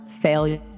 failure